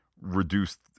reduced